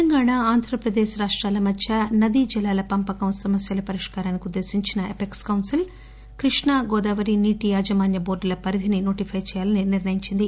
తెలంగాణ ఆంధ్రప్రదేశ్ రాష్టాల మధ్య నదీ జలాల పంపకం సమస్యల పరిష్కారానికి ఉద్దేశించిన ఎపిక్స్ కౌన్సిల్ కృష్ణా గోదావరి నీటి యాజమాన్య బోర్డుల పరిధిని నోటిపై చేయాలని నిర్ణయించింది